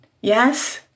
Yes